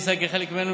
וישראל כחלק ממנו,